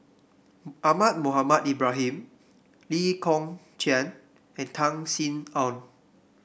Ahmad Mohamed Ibrahim Lee Kong Chian and Tan Sin Aun